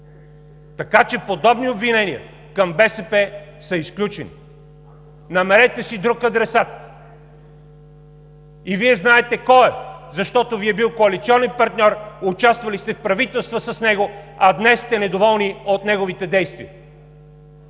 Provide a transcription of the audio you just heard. Така че подобни обвинения към БСП са изключени! Намерете си друг адресат. И Вие знаете кой е, защото Ви е бил коалиционен партньор, участвали сте в правителства с него, а днес сте недоволни от неговите действия.